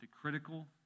critical